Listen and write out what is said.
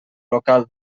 local